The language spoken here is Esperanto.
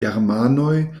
germanoj